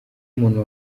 umuntu